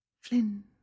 Flynn